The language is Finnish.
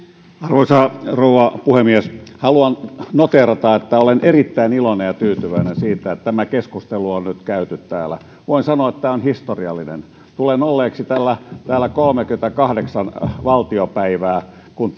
arvoisa rouva puhemies haluan noteerata että olen erittäin iloinen ja tyytyväinen siitä että tämä keskustelu on nyt käyty täällä voin sanoa että tämä on historiallinen tulen olleeksi täällä kolmekymmentäkahdeksan valtiopäivät kun